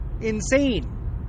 insane